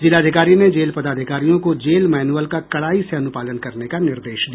जिलाधिकारी ने जेल पदाधिकारियों को जेल मैनुअल का कड़ाई से अनुपालन करने का निर्देश दिया